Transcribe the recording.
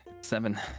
seven